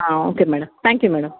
okay madam thank you madam